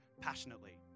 passionately